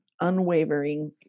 unwavering